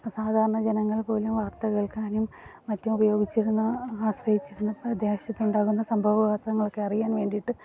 സാധാരണ ജനങ്ങൾ പോലും വാർത്ത കേൾക്കാനും മറ്റും ഉപയോഗിച്ചിരുന്ന ആശ്രയിച്ചിരുന്ന പ്രദേശത്ത് ഉണ്ടാകുന്ന സംഭവവികാസങ്ങളൊക്കെ അറിയാൻ വേണ്ടീട്ട്